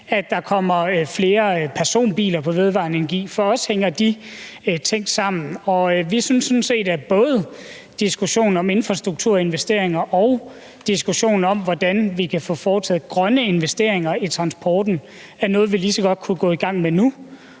at der kommer flere personbiler til at køre på vedvarende energi. For os hænger de ting sammen, og vi synes sådan set, at både diskussionen om infrastrukturinvesteringer og diskussionen om, hvordan vi kan få foretaget grønne investeringer i transporten, er noget, vi lige så godt kunne gå i gang med nu.